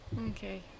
Okay